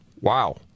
Wow